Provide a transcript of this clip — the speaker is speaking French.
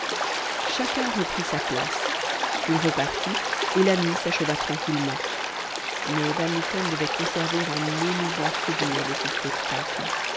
chacun reprit sa place on repartit et la nuit s'acheva tranquillement mais van mitten devait conserver un émouvant souvenir de ce spectacle